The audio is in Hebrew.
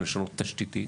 אלא לשנות תשתיתית.